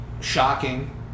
shocking